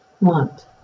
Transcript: want